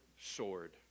sword